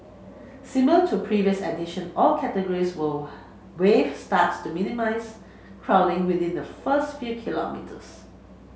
similar to previous edition all categories will wave starts to minimise crowding within the first few kilometres